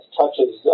touches